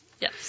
yes